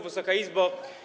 Wysoka Izbo!